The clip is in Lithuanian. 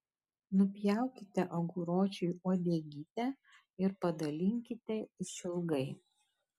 nupjaukite aguročiui uodegytę ir padalinkite išilgai